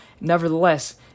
Nevertheless